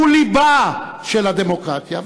הוא לבה של הדמוקרטיה,